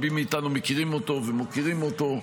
שרבים מאיתנו מכירים אותו ומוקירים אותו,